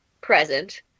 present